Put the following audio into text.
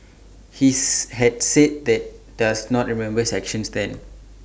he's had said that does not remember his actions then